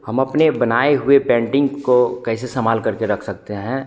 हम अपने बनाए हुए पेन्टिंग को कैसे संभालकर के रख सकते हैं